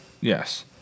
Yes